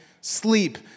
sleep